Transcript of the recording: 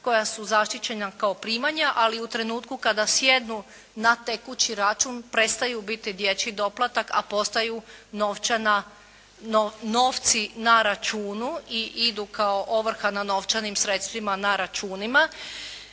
koja su zaštićena kao primanja ali u trenutku kada sjednu na tekući račun prestaju biti dječji doplatak a postaju novci na računu i idu kao ovrha na novčanim sredstvima na računima.